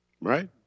Right